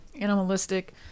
Animalistic